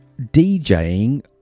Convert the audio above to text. DJing